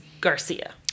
Garcia